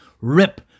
rip